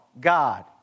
God